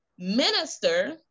minister